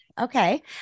okay